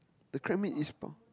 the crab meat is found